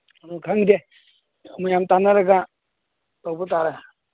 ꯑꯗꯨ ꯈꯪꯗꯦ ꯃꯌꯥꯝ ꯇꯥꯅꯔꯒ ꯇꯧꯕ ꯇꯥꯔꯦ